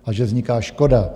A že vzniká škoda.